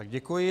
Děkuji.